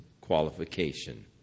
qualification